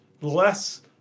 less